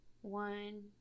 One